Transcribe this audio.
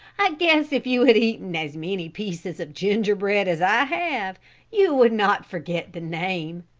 i guess if you had eaten as many pieces of gingerbread as i have you would not forget the name.